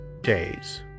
days